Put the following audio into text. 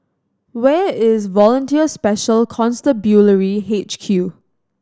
where is Volunteer Special Constabulary H Q